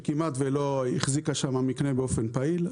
שכמעט ולא החזיקה שמה מקנה באופן פעיל,